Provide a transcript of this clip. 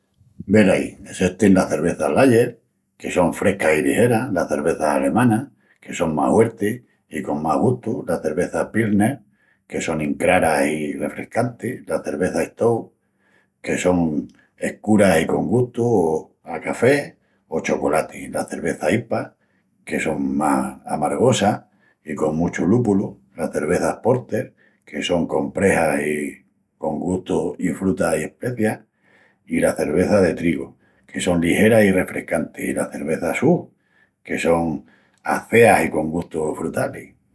Velaí, essestin las cervezas lager, que son frescas i ligeras; las cervezas alemanas, que son más huertis i con más gustu; las cervezas pilsner, que sonin craras i refrescantis; las cervezas stout, que son escuras i con gustu a café o chocolati; las cervezas IPA, que son más amargosas i con muchu lúpulu; las cervezas porter, que son comprexas i con gustu i frutas i especias; las cervezas de trigu, que son ligeras i refrescantis, i las cervezas sour, que son aceas i con gustus frutalis.